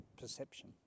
perception